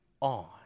on